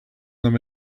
them